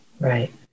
Right